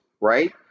right